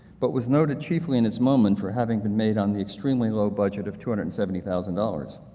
but was noted chiefly in its moment for having been made on the extremely low budget of two hundred and seventy thousand dollars.